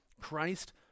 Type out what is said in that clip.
Christ